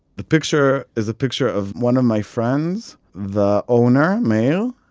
the picture is a picture of one of my friends, the owner, meir,